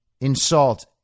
insult